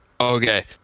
Okay